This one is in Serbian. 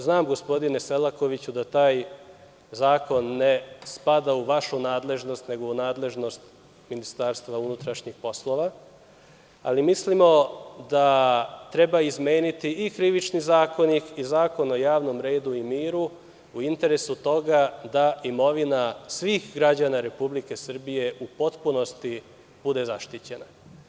Znam, gospodine Selakoviću, da taj zakon ne spada u vašu nadležnost nego u nadležnosti MUP, ali mislimo da treba izmeniti i Krivični zakonik i Zakon o javnom redu i miru u interesu toga da imovina svih građana Republike Srbije u potpunosti bude zaštićena.